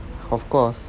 of course